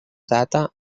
data